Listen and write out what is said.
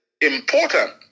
important